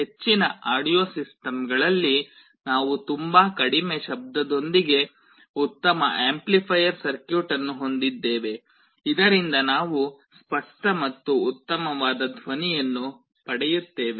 ಹೆಚ್ಚಿನ ಆಡಿಯೊ ಸಿಸ್ಟಮ್ಗಳಲ್ಲಿ ನಾವು ತುಂಬಾ ಕಡಿಮೆ ಶಬ್ದದೊಂದಿಗೆ ಉತ್ತಮ ಆಂಪ್ಲಿಫಯರ್ ಸರ್ಕ್ಯೂಟ್ ಅನ್ನು ಹೊಂದಿದ್ದೇವೆ ಇದರಿಂದ ನಾವು ಸ್ಪಷ್ಟ ಮತ್ತು ಉತ್ತಮವಾದ ಧ್ವನಿಯನ್ನು ಪಡೆಯುತ್ತೇವೆ